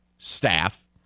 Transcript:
staff